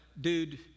dude